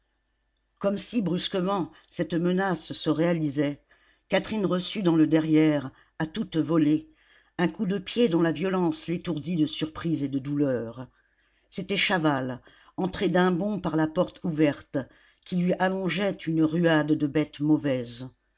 comme si brusquement cette menace se réalisait catherine reçut dans le derrière à toute volée un coup de pied dont la violence l'étourdit de surprise et de douleur c'était chaval entré d'un bond par la porte ouverte qui lui allongeait une ruade de bête mauvaise